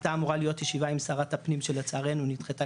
הייתה אמורה להיות ישיבה עם שרת הפנים שלצערנו נדחתה